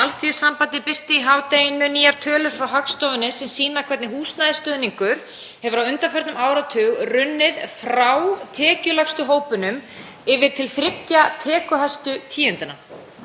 Alþýðusambandið birti í hádeginu nýjar tölur frá Hagstofunni sem sýna hvernig húsnæðisstuðningur hefur á undanförnum áratug runnið frá tekjulægstu hópunum yfir til þriggja tekjuhæstu tíundanna.